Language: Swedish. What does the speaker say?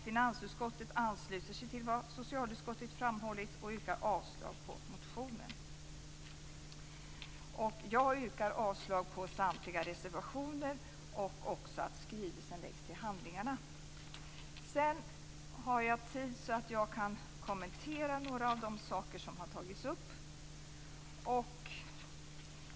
Finansutskottet ansluter sig till vad socialutskottet framhållit och yrkar avslag på motionen. Jag yrkar avslag på samtliga reservationer och yrkar att skrivelsen läggs till handlingarna. Jag har nu tid att kommentera några av de saker som har tagits upp.